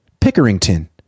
Pickerington